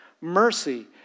mercy